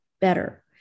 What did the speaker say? better